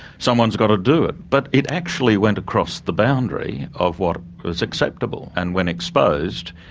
someone's got to do it. but it actually went across the boundary of what was acceptable. and when exposed,